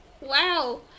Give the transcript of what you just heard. Wow